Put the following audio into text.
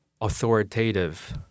authoritative